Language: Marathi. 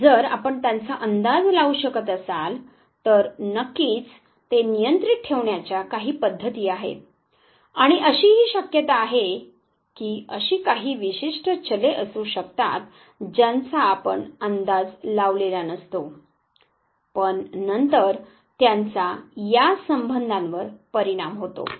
आणि जर आपण त्यांचा अंदाज लावू शकत असाल तर नक्कीच ते नियंत्रित ठेवण्याच्या काही पद्धती आहेत आणि अशीही शक्यता आहे की अशी काही विशिष्ट चले असू शकतात ज्यांचा आपण अंदाज लावलेला नसतो पण नंतर त्यांचा या संबंधांवर परिणाम होतो